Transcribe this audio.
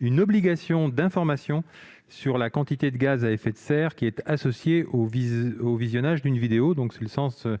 une obligation d'information sur la quantité de gaz à effet de serre qui est associée au visionnage d'une vidéo. J'en viens